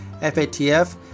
FATF